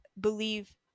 believe